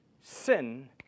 sin